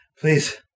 Please